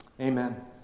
Amen